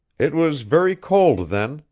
it was very cold then,